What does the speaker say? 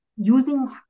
using